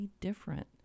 different